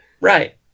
Right